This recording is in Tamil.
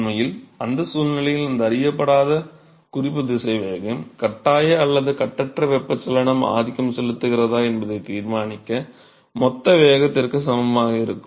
உண்மையில் அந்தச் சூழ்நிலையில் இந்த அறியப்படாத குறிப்புத் திசைவேகம் கட்டாய அல்லது கட்டற்ற வெப்பச்சலனம் ஆதிக்கம் செலுத்துகிறதா என்பதைத் தீர்மானிக்க மொத்த வேகத்திற்குச் சமமாக இருக்கும்